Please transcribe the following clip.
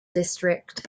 district